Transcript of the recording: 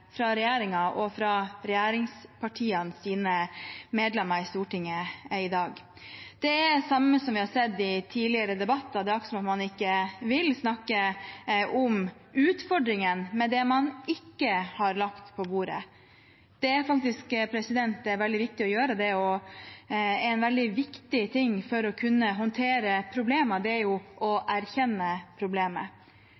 fra regjeringen og regjeringspartienes medlemmer i Stortinget i dag. Det er det samme som vi har sett i tidligere debatter: Det er akkurat som om man ikke vil snakke om utfordringene, men om det man ikke har lagt på bordet. Det er det faktisk veldig viktig å gjøre. En veldig viktig ting for å kunne håndtere problemer er å erkjenne problemet. Det vil man ikke gjøre. Det at man hele tiden er